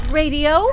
radio